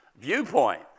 viewpoint